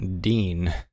Dean